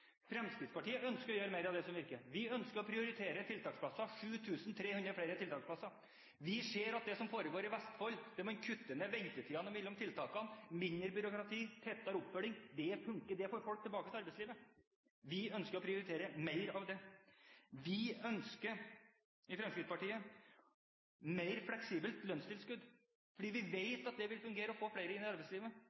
Fremskrittspartiet ønsker å gjøre mer av det som virker. Vi ønsker å prioritere tiltaksplasser, 7 300 flere tiltaksplasser. Vi ser at det som foregår i Vestfold, der man kutter ned ventetiden mellom tiltakene – mindre byråkrati, tettere oppfølging – funker og får folk tilbake til arbeidslivet. Vi ønsker å prioritere mer av det. Vi i Fremskrittspartiet ønsker mer fleksibelt lønnstilskudd, fordi vi vet at det vil fungere og få flere inn i arbeidslivet.